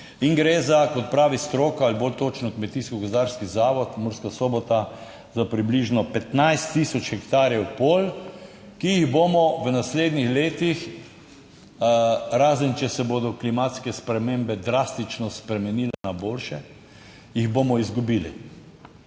In gre za, kot pravi stroka ali bolj točno Kmetijsko gozdarski zavod Murska Sobota, za približno 15 tisoč hektarjev polj, ki jih bomo v naslednjih letih, razen če se bodo klimatske spremembe drastično spremenile na boljše, jih bomo izgubili.